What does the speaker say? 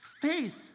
Faith